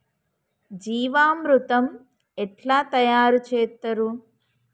జీవామృతం ఎట్లా తయారు చేత్తరు?